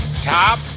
Top